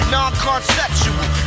Non-conceptual